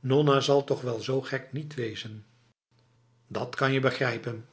nonna zal toch wel zo gek niet wezen dat kan je begrijpen